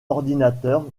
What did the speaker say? ordinateur